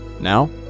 Now